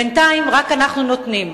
בינתיים רק אנחנו נותנים.